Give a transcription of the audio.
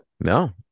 No